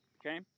okay